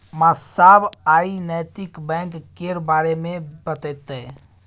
मास्साब आइ नैतिक बैंक केर बारे मे बतेतै